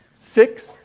six.